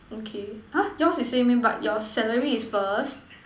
okay !huh! yours is same meh but your salary is first